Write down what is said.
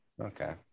Okay